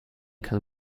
can